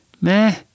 Meh